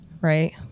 right